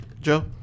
Joe